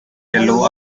yellow